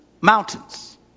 mountains